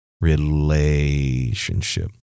relationship